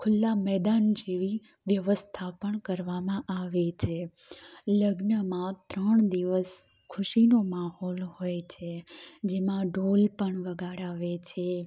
ખુલ્લા મેદાન જેવી વ્યવસ્થા પણ કરવામાં આવે છે લગ્નમાં ત્રણ દિવસ ખુશીનો માહોલ હોય છે જેમાં ઢોલ પણ વગાડાવે છે